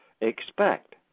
expect